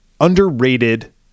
underrated